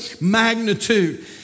magnitude